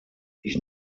ich